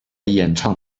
演唱